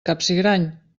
capsigrany